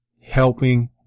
helping